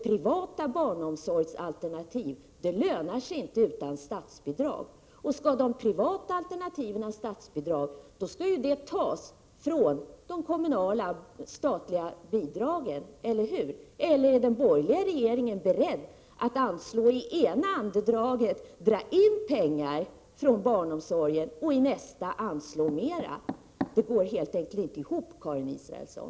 Privata barnomsorgsalternativ lönar sig ju inte utan statsbidrag. Skall de privata alternativen ha statsbidrag, skall pengarna ju tas från kommunernas statsbidrag — eller hur? Är den borgerliga regeringen beredd att i ena andedraget dra in pengar från barnomsorgen och i nästa andedrag anslå mer? Det går helt enkelt inte ihop, Karin Israelsson.